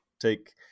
Take